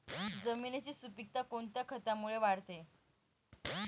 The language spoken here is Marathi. जमिनीची सुपिकता कोणत्या खतामुळे वाढते?